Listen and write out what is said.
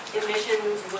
emissions